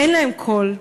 אין להם קול.